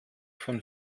von